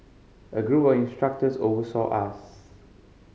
a group of instructors oversaw us